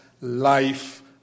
life